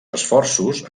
esforços